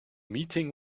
meeting